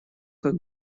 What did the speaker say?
как